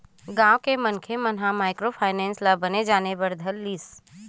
गाँव के मनखे मन ह माइक्रो फायनेंस ल बने जाने बर धर लिस